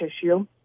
tissue